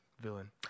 villain